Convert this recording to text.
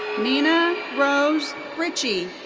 nina rose ritchie.